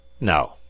No